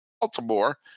Baltimore